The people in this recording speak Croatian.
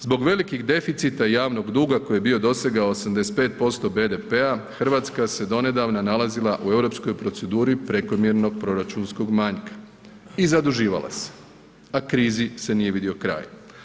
Zbog velikih deficita javnog duga koji je bio dosegao 85% BDP-a Hrvatska se donedavna nalazila u europskoj proceduri prekomjernog proračunskog manjka i zaduživala se, a krizi se nije vidio kraj.